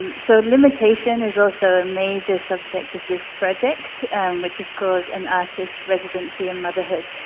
and so limitation is also a major subject of this project which is called an artist residency and motherhood